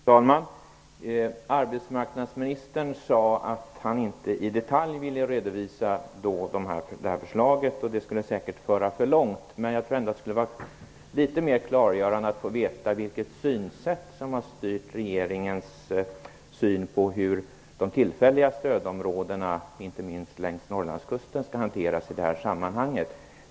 Fru talman! Arbetsmarknadsministern sade att han inte i detalj ville redovisa detta förslag, och det skulle säkerligen föra för långt. Jag tycker ändå att det skulle vara klargörande att få veta litet mer om det synsätt som har styrt regeringen när det gäller hur de tillfälliga stödområdena, inte minst längs Norrlandskusten, skall hanteras i detta sammanhang.